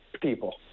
people